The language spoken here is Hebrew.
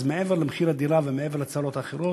אז מעבר למחיר הדירה ומעבר לצרות האחרות,